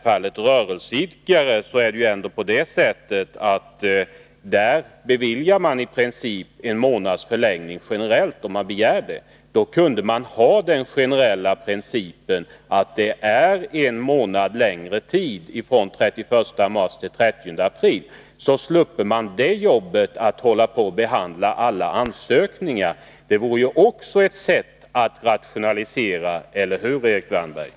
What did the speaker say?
För rörelseidkare beviljar man ju i princip en månads förlängning, om detta begärs. En generell princip att tiden för avlämnandet förlängs från den 31 mars till den 30 april borde kunna införas. På så sätt kunde man undvara det extra arbetet med att behandla alla uppskovsansökningar. Det vore också ett sätt att rationalisera — eller hur, Erik Wärnberg?